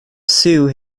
sue